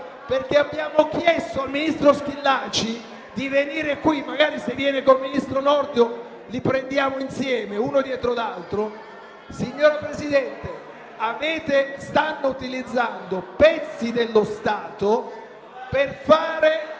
perché abbiamo chiesto al ministro Schillaci di venire qui, magari con il ministro Nordio, così li prendiamo insieme uno dietro l'altro. Stanno utilizzando pezzi dello Stato per fare